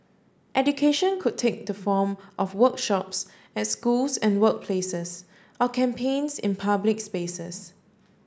education could take the form of workshops at schools and workplaces or campaigns in public spaces